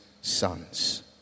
sons